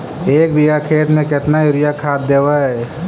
एक बिघा खेत में केतना युरिया खाद देवै?